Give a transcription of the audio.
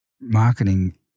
marketing